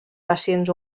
pacients